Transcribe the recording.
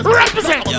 represent